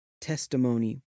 testimony